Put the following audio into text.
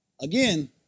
Again